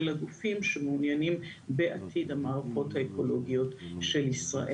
הגופים שמעוניינים בעתיד המערכות האקולוגיות של ישראל.